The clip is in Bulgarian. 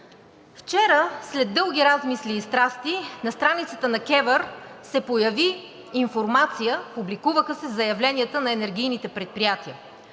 Вчера, след дълги размисли и страсти, на страницата на КЕВР се появи информация, публикуваха се заявленията на енергийните предприятия